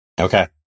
Okay